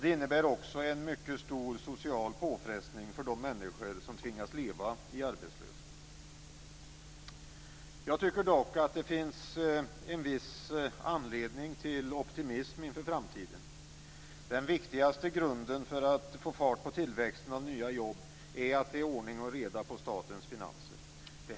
Det blir också en mycket stor social påfrestning för de människor som tvingas leva i arbetslöshet. Det finns dock anledning till en viss opitimism inför framtiden. Den viktigaste grunden för att få fart på tillväxten av nya jobb är att det är ordning och reda på statens finanser.